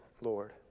Lord